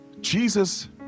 Jesus